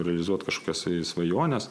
realizuoti kažkokias svajones